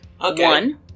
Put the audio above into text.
One